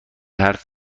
حرف